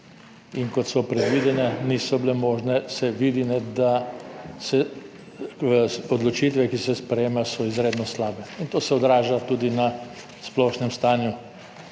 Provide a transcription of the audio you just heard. in kot so predvidene, niso bile možne, se vidi, da se odločitve, ki se sprejemajo, so izredno slabe. In to se odraža tudi na splošnem stanju.